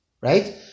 right